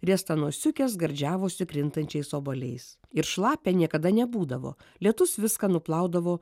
riestanosiukės gardžiavosi krintančiais obuoliais ir šlapia niekada nebūdavo lietus viską nuplaudavo